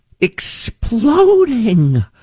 exploding